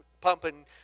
pumping